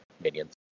minions